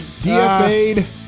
DFA'd